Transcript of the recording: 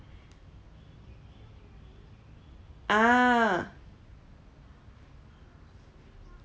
ah